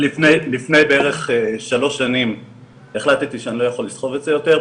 לפני בערך שלוש שנים החלטתי שאני לא יכול לסחוב את זה יותר,